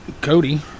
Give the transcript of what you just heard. Cody